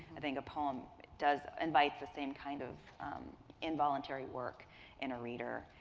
i think a poem does invites the same kind of involuntary work in a reader,